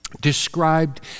Described